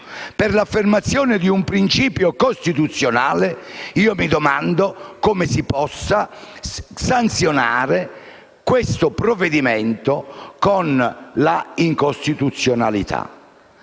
per l'affermazione di un principio costituzionale, mi domando come si possa sanzionare il provvedimento con l'incostituzionalità.